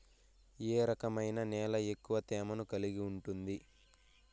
ఏ రకమైన నేల ఎక్కువ తేమను కలిగి ఉంటుంది?